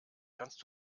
kannst